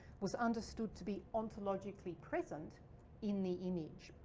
was understood to be ontologically present in the image.